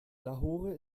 lahore